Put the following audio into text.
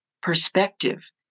perspective